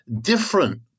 different